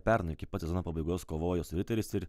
pernai iki pat sezono pabaigos kovojo su riteriais ir